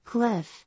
Cliff